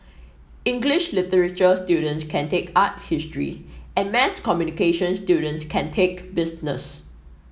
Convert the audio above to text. English literature students can take art history and mass communication students can take business